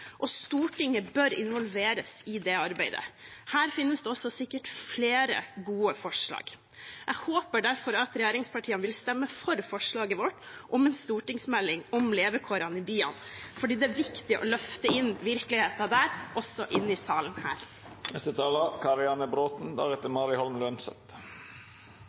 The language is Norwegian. og Stortinget bør involveres i det arbeidet. Her finnes det sikkert også flere gode forslag. Jeg håper derfor at regjeringspartiene vil stemme for forslaget vårt om en stortingsmelding om levekårene i byene, for det er viktig å løfte virkeligheten der også inn i salen her.